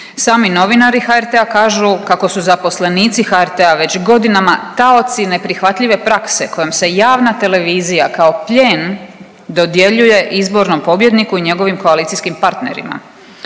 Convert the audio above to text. Sami novinari HRT-a kažu kako su zaposlenici HRT-a već godinama taoci neprihvatljive prakse kojom se javna televizija kao plijen dodjeljuje izbornom pobjedniku i njegovim koalicijskim partnerima.